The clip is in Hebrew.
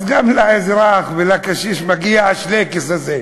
אז גם לאזרח ולקשיש הערבי מגיע השלייקעס הזה.